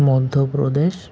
Madhya Pradesh